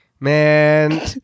Man